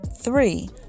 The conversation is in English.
three